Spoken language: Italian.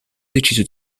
deciso